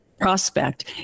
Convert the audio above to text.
prospect